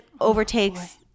overtakes